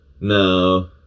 No